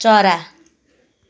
चरा